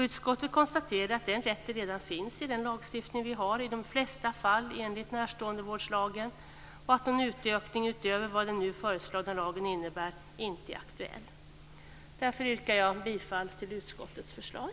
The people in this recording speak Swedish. Utskottet konstaterar att den rätten redan finns i den lagstiftning som vi har - i de flesta fall enligt närståendevårdslagen - och att en utökningen utöver vad den nu föreslagna lagen innebär inte är aktuell. Jag yrkar därför bifall till utskottets förslag.